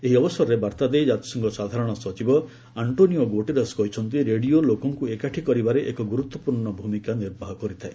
ଏହି ଅବସରରେ ବାର୍ତ୍ତା ଦେଇ ଜାତିସଂଘ ସାଧାରଣ ସଚିବ ଆଙ୍କୋନିଓ ଗୁଟେରସ୍ କହିଛନ୍ତି ରେଡ଼ିଓ ଲୋକଙ୍କୁ ଏକାଠି କରିବାରେ ଏକ ଗୁରୁତ୍ୱପୂର୍ଣ୍ଣ ଭୂମିକା ନିର୍ବାହ କରିଥାଏ